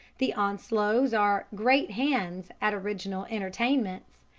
the onslows are great hands at original entertainments,